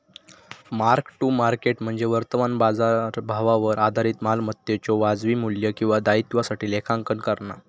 mark to market म्हणजे वर्तमान बाजारभावावर आधारित मालमत्तेच्यो वाजवी मू्ल्य किंवा दायित्वासाठी लेखांकन करणा